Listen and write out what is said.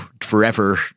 forever